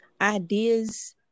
ideas